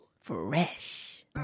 Fresh